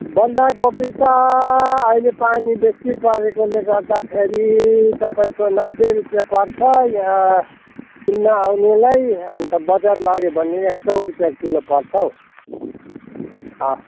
बन्दकोपी त अहिले पानी बेसी परेकोले गर्दाखेरि तपाईँको नब्बे रुपियाँ पर्छ यहाँ किन्न आउनेलाई अन्त बजार लग्यो भने एक सय रुपियाँ किलो पर्छ हौ अँ